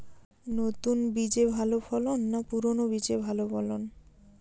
নতুন বীজে ভালো ফলন না পুরানো বীজে ভালো ফলন?